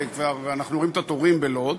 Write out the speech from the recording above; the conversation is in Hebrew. וכבר אנחנו רואים את התורים בלוד.